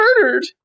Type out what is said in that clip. murdered